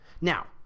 Now